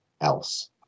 else